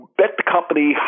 bet-the-company